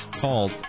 called